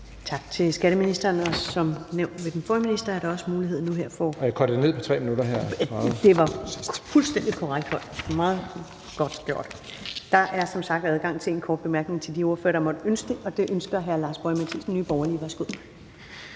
Tak til skatteministeren. Og som nævnt ved den forrige minister er der også mulighed ... (Skatteministeren (Jeppe Bruus): Jeg kortede det ned til 3 minutter her.) Det var fuldstændig korrekt, det var meget godt gjort. Der er som sagt adgang til en kort bemærkning til de ordførere, der måtte ønske det, og det ønsker hr. Lars Boje Mathiesen, Nye Borgerlige. Værsgo.